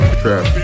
trap